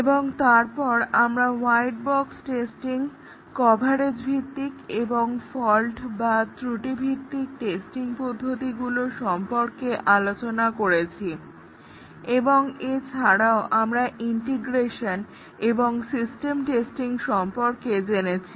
এবং তারপর আমরা হোয়াইট বক্স টেস্টিং কভারেজ ভিত্তিক এবং ফল্ট বা ত্রুটি ভিত্তিক টেস্টিং পদ্ধতিগুলো সম্পর্কে আলোচনা করেছি এবং এছাড়াও আমরা ইন্টিগ্রেশন এবং সিস্টেম টেস্টিং সম্পর্কে জেনেছি